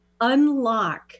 unlock